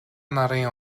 нарын